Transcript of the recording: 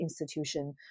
institution